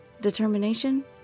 Determination